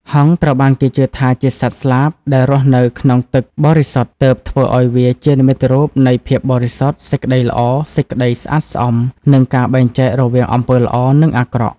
ហង្សត្រូវបានគេជឿថាជាសត្វស្លាបដែលរស់នៅក្នុងទឹកបរិសុទ្ធ ទើបធ្វើឲ្យវាជានិមិត្តរូបនៃ ភាពបរិសុទ្ធ សេចក្តីល្អ សេចក្តីស្អាតស្អំ និង ការបែងចែករវាងអំពើល្អ និងអាក្រក់។